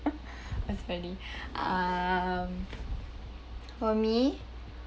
that's funny um for me